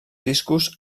discos